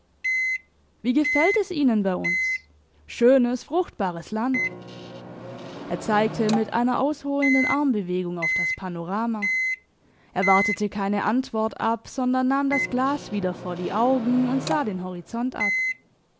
wie gefällt es ihnen bei uns schönes fruchtbares land er zeigte mit einer ausholenden armbewegung auf das panorama er wartete keine antwort ab sondern nahm das glas wieder vor die augen und sah den horizont ab